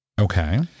Okay